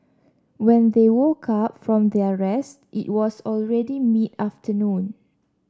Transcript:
when they woke up from their rest it was already mid afternoon